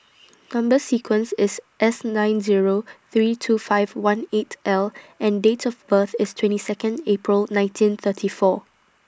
Number sequence IS S nine Zero three two five one eight L and Date of birth IS twenty Second April nineteen thirty four